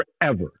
Forever